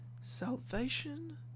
Salvation